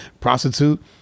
prostitute